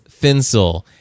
Finsel